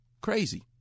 Crazy